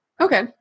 Okay